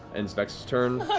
ends vex's turn.